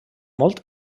molt